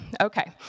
Okay